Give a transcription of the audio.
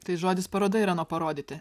tai žodis paroda yra nuo parodyti